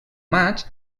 maig